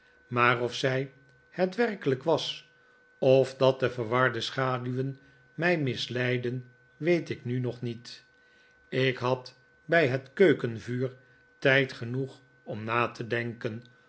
maar of zij het werkelijk was of dat de verwarde schaduwen mij misleidden weet ik nu nog niet ik had bij het keukenvuur tijd genoeg om na te denken